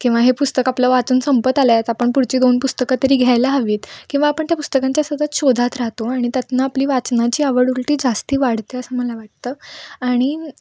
किंवा हे पुस्तक आपलं वाचन संपत आलं आहे आता आपण पुढची दोन पुस्तकं तरी घ्यायला हवीत किंवा आपण त्या पुस्तकांच्या सतत शोधात राहतो आणि त्यातून आपली वाचनाची आवड उलट जास्त वाढते असं मला वाटतं आणि